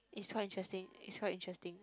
is quite interesting is quite interesting